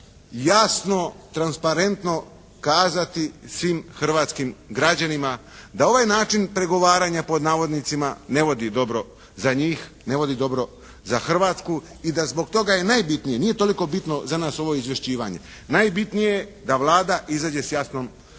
jasno, transparentno kazati svim hrvatskim građanima da ovaj način pregovaranja, pod navodnicima, ne vodi dobro za njih. Ne vodi dobro za Hrvatsku. I da zbog toga je najbitnije, nije toliko bitno za nas ovo izvješćivanje. Najbitnije je da Vlada izađe s jasnom